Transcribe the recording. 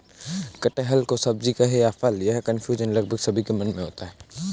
कटहल को सब्जी कहें या फल, यह कन्फ्यूजन लगभग सभी के मन में होता है